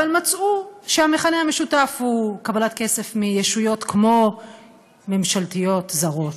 אבל מצאו שהמכנה משותף הוא קבלת כסף מישויות כמו-ממשלתיות זרות,